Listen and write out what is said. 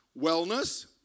wellness